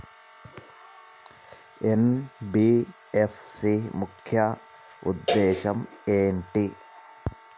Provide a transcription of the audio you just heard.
NBFC ముఖ్య ఉద్దేశం ఏంటి?